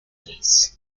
gris